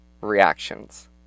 reactions